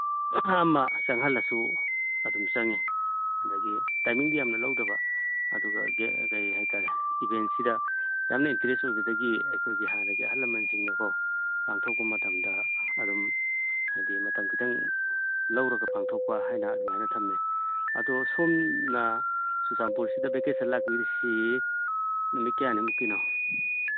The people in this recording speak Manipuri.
ꯃꯌꯥꯝ ꯑꯃ ꯆꯪꯍꯜꯂꯁꯨ ꯑꯗꯨꯝ ꯆꯪꯏ ꯑꯗꯨꯗꯒꯤ ꯇꯥꯏꯃꯤꯡꯗꯤ ꯌꯥꯝꯅ ꯂꯧꯗꯕ ꯑꯗꯨꯒ ꯀꯩ ꯍꯥꯏ ꯇꯥꯔꯦ ꯏꯚꯦꯟꯁꯤꯗ ꯌꯥꯝꯅ ꯏꯟꯇꯔꯦꯁ ꯑꯣꯏꯕꯗꯒꯤ ꯑꯩꯈꯣꯏꯒꯤ ꯍꯥꯟꯅꯒꯤ ꯑꯍꯜꯂꯃꯟꯁꯤꯡꯅꯀꯣ ꯄꯥꯡꯊꯣꯛꯄ ꯃꯇꯝꯗ ꯑꯗꯨꯝ ꯍꯥꯏꯗꯤ ꯃꯇꯝ ꯈꯤꯇꯪ ꯂꯧꯔꯒ ꯄꯥꯡꯊꯣꯛꯄ ꯍꯥꯏꯅ ꯑꯗꯨꯃꯥꯏꯅ ꯊꯝꯃꯤ ꯑꯗꯣ ꯁꯣꯝꯅ ꯆꯨꯔꯥꯟꯆꯥꯟꯄꯨꯔꯁꯤꯗ ꯚꯦꯀꯦꯁꯟ ꯂꯥꯛꯄꯤꯔꯤꯁꯤ ꯅꯨꯃꯤꯠ ꯀꯌꯥꯅꯤꯃꯨꯛꯀꯤꯅꯣ